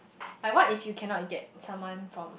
like what if you cannot get someone from